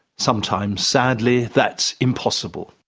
sometimes, sadly, that's impossible.